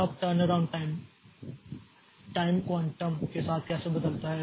अब turnaround time time quantum के साथ कैसे बदलता है